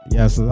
Yes